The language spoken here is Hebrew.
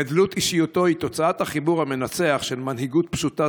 גדלות אישיותו היא תוצאת החיבור המנצח של מנהיגות פשוטה,